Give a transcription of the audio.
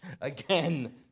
again